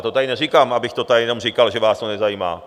To tady neříkám, abych to tady jenom říkal, že vás to nezajímá.